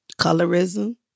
colorism